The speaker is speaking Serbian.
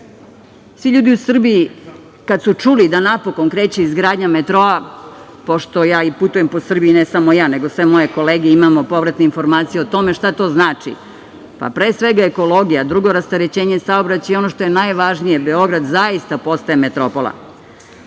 ljudi u Srbiji kada su čuli da napokon kreće izgradnja metroa, pošto ja i putujem po Srbiji, ne samo ja, nego sve moje kolege, imamo povratne informacije o tome, šta to znači? Pre svega ekologija, drugo rasterećenje saobraćaja i ono što najvažnije Beograd zaista postaje metropola. Šta